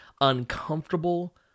uncomfortable